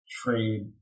trade